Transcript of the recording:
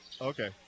okay